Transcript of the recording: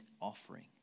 offering